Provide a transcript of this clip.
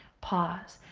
pause,